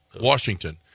Washington